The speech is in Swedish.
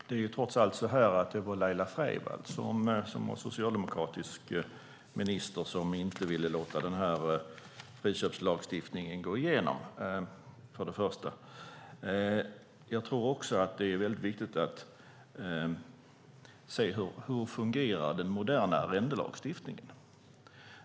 Herr talman! Det är trots allt så, först och främst, att det var Laila Freivalds som socialdemokratisk minister som inte ville låta friköpslagstiftningen gå igenom. Jag tror också att det är väldigt viktigt att se hur den moderna arrendelagstiftningen fungerar.